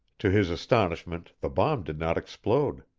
to his astonishment the bomb did not explode.